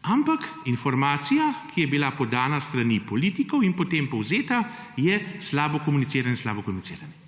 ampak informacija, ki je bila podana s strani politikov in potem povzeta je, potem slabo komuniciranje, slabo komuniciranje.